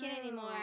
anymore